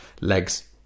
Legs